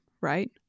right